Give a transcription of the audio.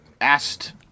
asked